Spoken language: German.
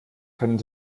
kann